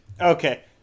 Okay